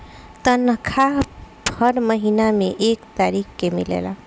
तनखाह हर महीना में एक तारीख के मिलेला